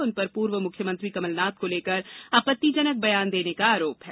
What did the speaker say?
उनपर पूर्व मुख्यमंत्री कमलनाथ को लेकर आपत्तिजनक बयान देने का आरोप है